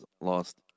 lost